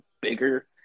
bigger